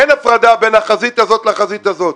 אין הפרדה בין החזית הזאת ובין החזית הזאת.